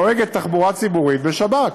נוהגת תחבורה ציבורית בשבת,